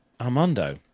Armando